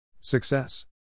Success